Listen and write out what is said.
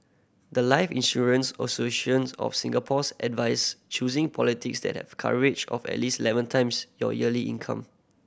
the life Insurance Associations of Singapore's advise choosing that have a coverage of at least eleven times your yearly income